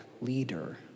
leader